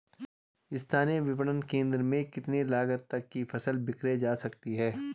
स्थानीय विपणन केंद्र में कितनी लागत तक कि फसल विक्रय जा सकती है?